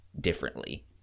differently